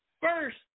First